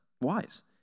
wise